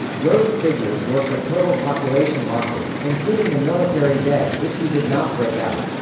rhode's figures were for total population losses, including the military dead which he did not break out.